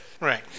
Right